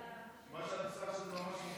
מה שאת עושה עכשיו זה ממש מוטעה.